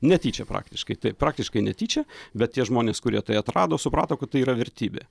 netyčia praktiškai taip praktiškai netyčia bet tie žmonės kurie tai atrado suprato kad tai yra vertybė